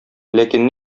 ләкин